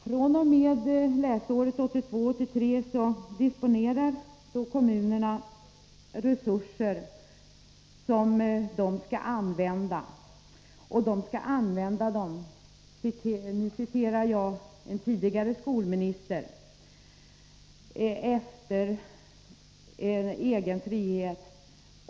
fr.o.m. läsåret 1982/83 disponerar kommunerna resurser som skall användas. Medlen skall användas — och nu refererar jag en tidigare skolminister — efter en egen frihet.